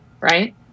right